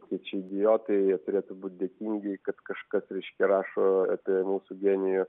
kokie čia idiotai jie turėtų būti dėkingi kad kažkas reiškia rašo apie mūsų genijų